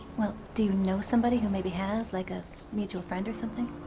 well, do you know somebody who maybe has, like a mutual friend or something?